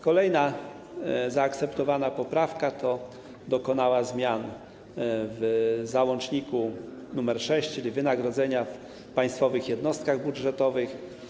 Kolejna zaakceptowana poprawka dokonuje zmian w załączniku nr 6 dotyczącym wynagrodzeń w państwowych jednostkach budżetowych.